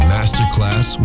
Masterclass